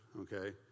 okay